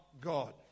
God